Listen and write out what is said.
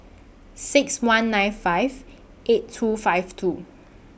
six one nine five eight two five two